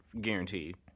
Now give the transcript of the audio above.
Guaranteed